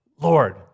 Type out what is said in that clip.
Lord